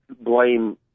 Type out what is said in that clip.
blame